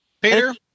Peter